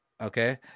Okay